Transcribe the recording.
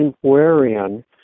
wherein